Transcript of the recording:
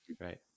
Right